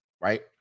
Right